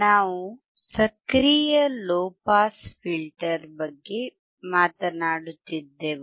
ನಾವು ಸಕ್ರಿಯ low pass filter ಬಗ್ಗೆ ಮಾತನಾಡುತ್ತಿದ್ದೆವು fc12πRC